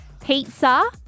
Pizza